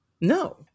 No